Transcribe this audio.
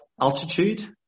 altitude